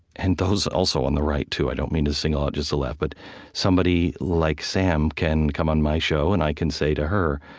and those also on the right too i don't mean to single out just the left but somebody like sam can come on my show, and i can say to her,